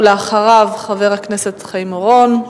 אחריו, חבר הכנסת חיים אורון.